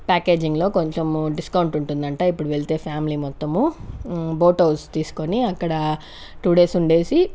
ప్యాకేజింగ్లో కొంచము డిస్కౌంట్ ఉంటుందంట ఇప్పుడు వెళ్తే ఫ్యామిలీ మొత్తం బోట్ హౌస్ తీసుకొని అక్కడ టూ డేస్ ఉండేసి